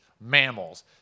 mammals